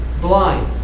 Blind